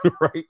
right